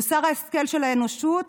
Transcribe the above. מוסר ההשכל של האנושות,